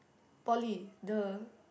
poly the